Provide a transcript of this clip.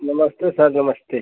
नमस्ते सर नमस्ते